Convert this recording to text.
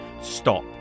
stop